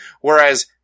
Whereas